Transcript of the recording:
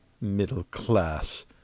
Middle-class